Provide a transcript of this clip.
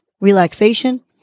relaxation